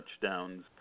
touchdowns